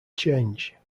change